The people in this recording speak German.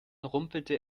rumpelte